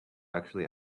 actually